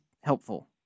helpful